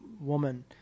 woman